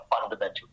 fundamental